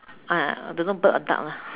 ah don't know bird or duck lah